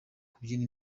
kubyina